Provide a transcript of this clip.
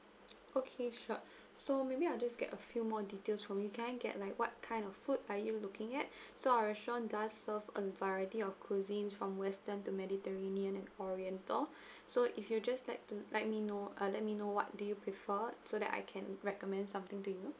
okay sure so maybe I'll just get a few more details from you can I get like what kind of food are you looking at so our restaurant does serve a variety of cuisines from western to mediterranean and oriental so if you just like to let me know uh let me know what do you prefer so that I can recommend something to you